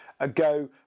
ago